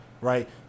right